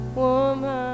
woman